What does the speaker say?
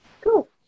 Cool